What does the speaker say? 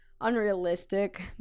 unrealistic